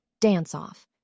Dance-off